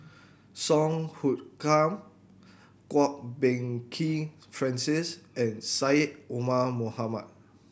Song Hoot Kiam Kwok Peng Kin Francis and Syed Omar Mohamed